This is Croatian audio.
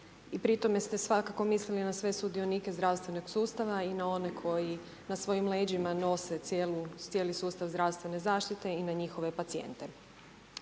pri tome ste svakako mislili na sve sudionike zdravstvenog sustava i na one koji na svojim leđima nose cijeli sustav zdravstvene zaštite i na njihove pacijente.